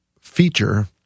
feature